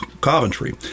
Coventry